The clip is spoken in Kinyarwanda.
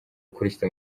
gukurikiza